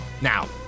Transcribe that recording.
Now